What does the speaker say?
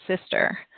sister